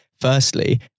Firstly